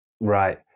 right